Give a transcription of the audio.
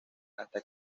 hasta